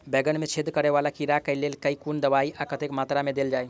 बैंगन मे छेद कराए वला कीड़ा केँ लेल केँ कुन दवाई आ कतेक मात्रा मे देल जाए?